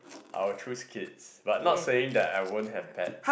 I will choose kids but not saying that I won't have pet